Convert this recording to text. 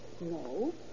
No